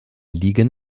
liegen